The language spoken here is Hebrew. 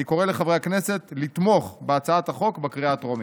אני קורא לחברי הכנסת לתמוך בהצעת החוק בקריאה טרומית.